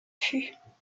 fûts